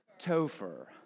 Topher